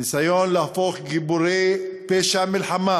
הניסיון להפוך גיבורי פשע מלחמה